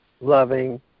loving